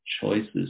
choices